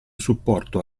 supporto